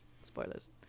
Spoilers